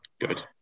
Good